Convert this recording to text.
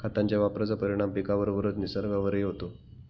खतांच्या वापराचा परिणाम पिकाबरोबरच निसर्गावरही होतो